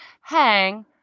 hang